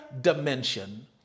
dimension